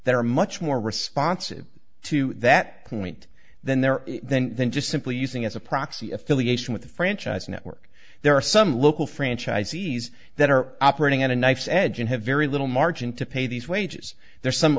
that are much more responsive to that point than there are then than just simply using as a proxy affiliation with the franchise network there are some local franchisees that are operating on a knife's edge and have very little margin to pay these wages there are some